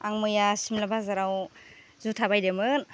आं मैया सिमला बाजाराव जुथा बायदोंमोन